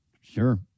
Sure